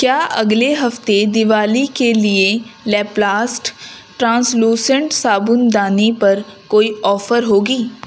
کیا اگلے ہفتے دیوالی کے لیے لیپ لاسٹ ٹرانسلوسنٹ صابن دانی پر کوئی آفر ہوگی